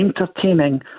entertaining